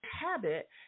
Habit